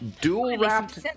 dual-wrapped